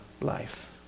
life